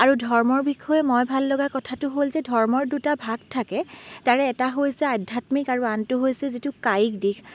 আৰু ধৰ্মৰ বিষয়ে মই ভাল লগা কথাটো হ'ল যে ধৰ্মৰ দুটা ভাগ থাকে তাৰে এটা হৈছে আধ্যাত্মিক আৰু আনটো হৈছে যিটো কায়িক দিশ